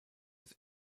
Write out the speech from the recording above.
with